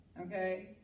okay